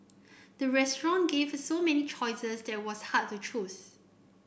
the restaurant gave so many choices that it was hard to choose